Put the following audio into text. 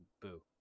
boo